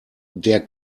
der